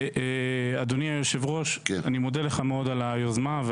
אדוני היושב-ראש, אני מודה לך מאוד על היוזמה.